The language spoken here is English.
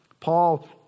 Paul